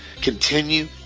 continue